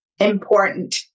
important